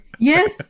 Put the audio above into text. Yes